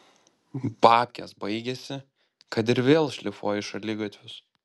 babkės baigėsi kad ir vėl šlifuoji šaligatvius